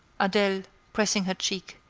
adele, pressing her cheek,